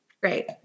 Great